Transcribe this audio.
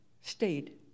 stayed